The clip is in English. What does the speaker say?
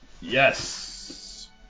Yes